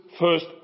first